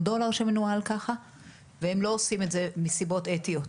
דולר שמנוהל ככה והם לא עושים את זה מסיבות אתיות.